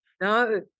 No